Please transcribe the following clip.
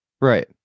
Right